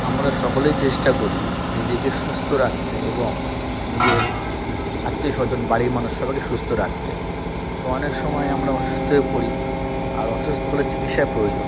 আমরা সকলেই চেষ্টা করি নিজেকে সুস্থ রাখতে এবং নিজের আত্মীয় স্বজন বাড়ির মানুষ সবাইকে সুস্থ রাখতে তো অনেক সময় আমরা অসুস্থ হয়ে পড়ি আর অসুস্থ হলে চিকিৎসার প্রয়োজন